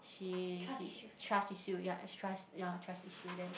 she she trust issue yea trust yea trust issue them